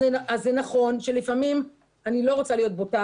אני לא רוצה להיות בוטה